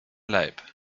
leib